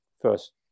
first